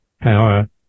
power